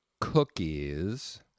cookies